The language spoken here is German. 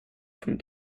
von